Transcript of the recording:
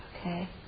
Okay